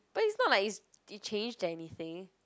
but it's not like it changed anything